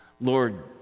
Lord